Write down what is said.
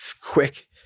quick